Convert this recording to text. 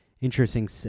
interesting